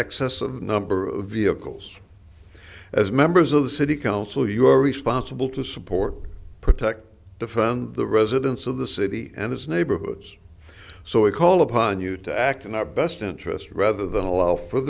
excess of number of vehicles as members of the city council you are responsible to support protect the found the residents of the city and its neighborhoods so we call upon you to act in our best interest rather than allow for